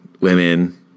women